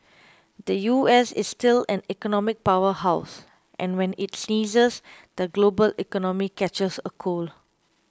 the U S is still an economic power house and when it sneezes the global economy catches a cold